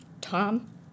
Tom